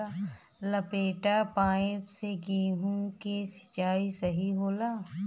लपेटा पाइप से गेहूँ के सिचाई सही होला?